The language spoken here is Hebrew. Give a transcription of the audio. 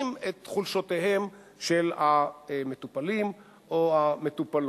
את חולשותיהם של המטופלים או המטופלות.